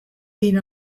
been